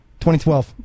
2012